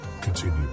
Continue